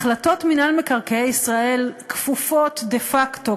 החלטות מינהל מקרקעי ישראל כפופות דה-פקטו,